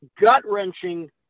gut-wrenching